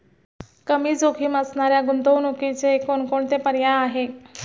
कमी जोखीम असणाऱ्या गुंतवणुकीचे कोणकोणते पर्याय आहे?